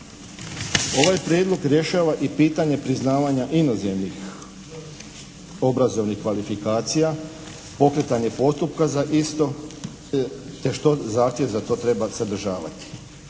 Ovaj prijedlog rješava i pitanje priznavanja inozemnih obrazovnih kvalifikacija, pokretanje postupka za isto te što zahtjev za to treba sadržavati?